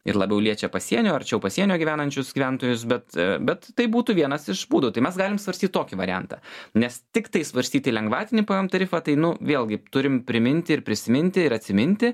ir labiau liečia pasienio arčiau pasienio gyvenančius gyventojus bet bet tai būtų vienas iš būdų tai mes galim svarstyt tokį variantą nes tiktai svarstyti lengvatinį pvm tarifą tai nu vėlgi turim priminti ir prisiminti ir atsiminti